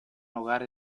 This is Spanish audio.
lugar